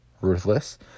Ruthless